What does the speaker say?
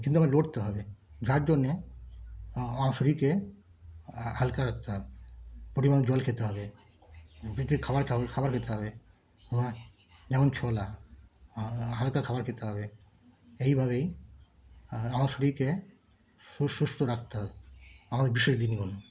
কিন্ত আমার লড়তে হবে যার জন্যে আমার শরীরকে হালকা রাখতে হবে পরিমাণ জল খেতে হবে খাবার খাবার খেতে হবে যেমন ছোলা হালকা খাবার খেতে হবে এইভাবেই আমার শরীরকে সুস্থ রাখতে হবে আমার বিশেষ দিনগুলো